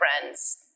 friends